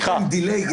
בהגדרה יש להם דליי.